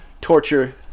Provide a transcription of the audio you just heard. torture